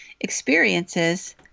experiences